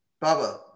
Baba